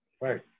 Right